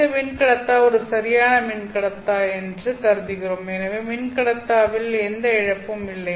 அந்த மின்கடத்தா ஒரு சரியான மின்கடத்தா என்று கருதுகிறோம் எனவே மின்கடத்தாவில் எந்த இழப்பும் இல்லை